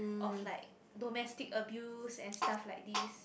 of like domestic abuse and stuff like this